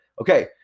Okay